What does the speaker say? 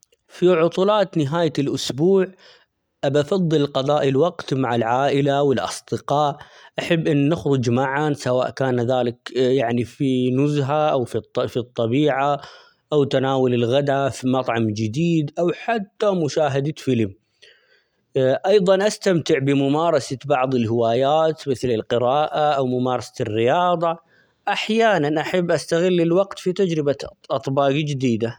في عطلات نهاية الأسبوع بفضل قضاء الوقت مع العائلة ،و الأصدقاء أحب أن نخرج معا سواء كان ذلك يعني في نزهة ،أو -في الط- في الطبيعة ،أو تناول الغدا في مطعم جديد ،أو حتى مشاهدة فيلم، أيضا استمتع بممارسة بعض الهوايات مثل القراءة، أو ممارسة الرياضة ،أحيانًا أحب استغل الوقت في تجربة -أط- أطباق جديدة